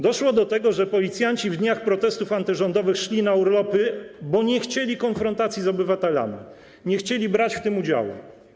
Doszło do tego, że policjanci w dniach protestów antyrządowych szli na urlopy, bo nie chcieli konfrontacji z obywatelami, nie chcieli brać w tym udziału.